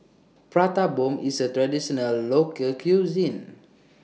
Prata Bomb IS A Traditional Local Cuisine